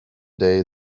day